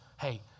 hey